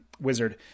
wizard